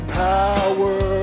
power